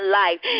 life